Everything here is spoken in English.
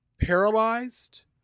paralyzed